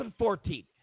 2014